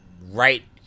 right –